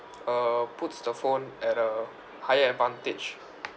uh puts the phone at a higher advantage